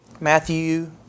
Matthew